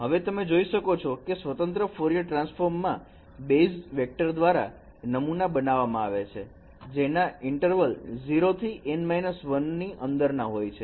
હવે તમે જોઈ શકો છો કે સ્વતંત્ર ફોરિયર ટ્રાન્સફોર્મર માં બેઇઝ વેક્ટર દ્વારા નમૂના બનાવવામાં આવે છે જેના ઇન્ટરવલ 0 થી N 1 ની અંદર ના હોય છે